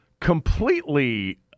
completely